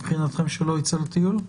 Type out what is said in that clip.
שמבחינתכם לא יצא לטיול?